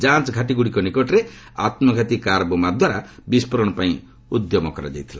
ଯାଞ୍ଚ୍ ଘାଟିଗୁଡ଼ିକ ନିକଟରେ ଆତ୍କଘାତୀ କାର୍ ବୋମାଦ୍ୱାରା ବିସ୍ଫୋରଣ ପାଇଁ ଉଦ୍ୟମ କରାଯାଇଥିଲା